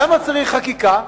למה צריך חקיקה?